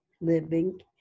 living